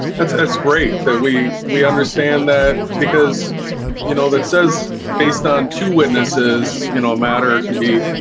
that's that's great that we we understand that because you know that says based on two witnesses, you know matter can be